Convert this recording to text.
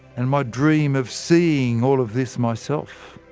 and my dream of seeing all of this myself?